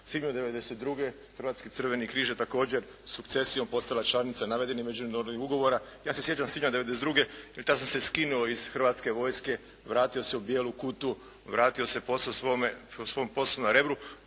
svibnju 92. Hrvatski crveni križ je također sukcesijom također postala članica navedenih međunarodnih ugovora. Ja se sjećam svibnja 92. jer kad sam se skinuo iz hrvatske vojske vratio se u bijelu kutu, vratio se poslu svome, svom poslu na Rebru,